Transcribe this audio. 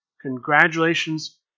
Congratulations